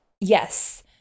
Yes